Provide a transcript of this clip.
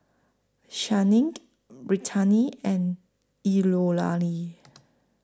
Channing Brittani and